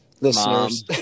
listeners